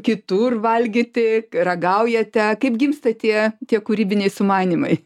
kitur valgyti ragaujate kaip gimsta tie tie kūrybiniai sumanymai